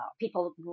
People